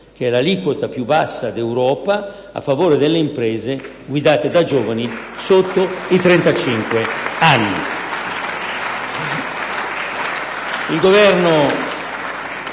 cento, l'aliquota più bassa d'Europa, a favore delle imprese guidate da giovani sotto i 35 anni